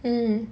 mm